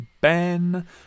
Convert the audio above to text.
Ben